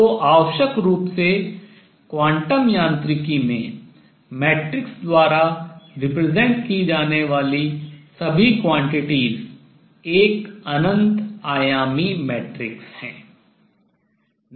तो आवश्यक रूप से क्वांटम यांत्रिकी में मैट्रिक्स द्वारा represent प्रदर्शित की जाने वाली सभी quantities राशियां एक अनंत आयामी मैट्रिक्स हैं